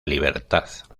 libertad